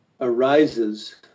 arises